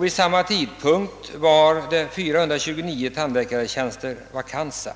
Vid samma tidpunkt var 429 tandläkartjänster vakanta.